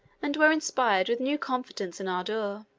and were inspired with new confidence and ardor.